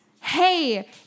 hey